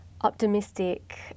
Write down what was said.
optimistic